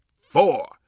four